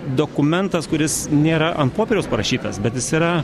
dokumentas kuris nėra ant popieriaus parašytas bet jis yra